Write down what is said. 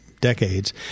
decades